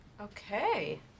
Okay